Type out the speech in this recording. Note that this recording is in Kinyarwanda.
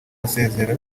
basezera